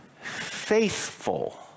faithful